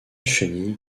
chenille